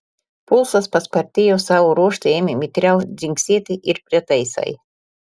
pulsas paspartėjo savo ruožtu ėmė mitriau dzingsėti ir prietaisai